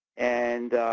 and